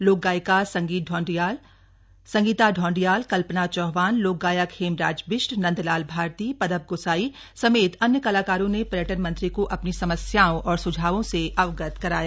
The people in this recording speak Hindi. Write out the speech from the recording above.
लोकगायिका संगीता ढौंडियाल कल्पना चौहान लोकगायक हेमराज बिष्ट नंदलाल भारती पदप ग्साई समेत अन्य कलाकारों ने पर्यटन मंत्री को अपनी समस्याओं और सुझावों से अवगत करवाया